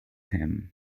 him